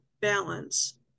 balance